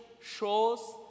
shows